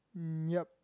mm yup